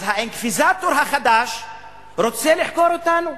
אז האינקוויזיטור החדש רוצה לחקור אותנו,